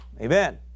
Amen